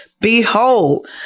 Behold